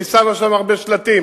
שהיא שמה שם הרבה שלטים.